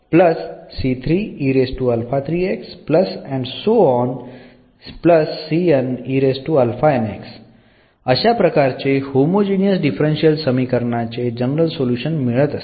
त्यामुळे अशा प्रकारचे होमो जीनियस डिफरन्शियल समीकरण चे जनरल सोल्युशन मिळत असते